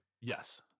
Yes